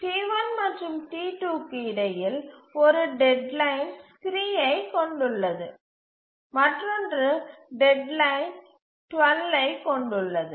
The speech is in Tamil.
T1 மற்றும் T2 க்கு இடையில் ஒரு டெட்லைன் 3 ஐக் கொண்டுள்ளது மற்றொன்று டெட்லைன் 12 ஐக் கொண்டுள்ளது